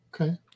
Okay